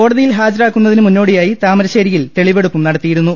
കോടതിയിൽ ഹാജരാക്കുന്നതിന് മുന്നോടിയായി ട്രേറ്റ് താമരശ്ശേരിയിൽ തെളിവെടുപ്പും നടത്തിയിരുന്നു